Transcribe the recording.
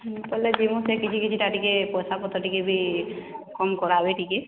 ବୋଲେ ଯେଉଁ ସାଥେ କରିକି ଟିକେ ପଇସାପତ୍ର ଟିକେ ବି କମ୍ କରାବେ ଟିକେ